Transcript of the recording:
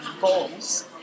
goals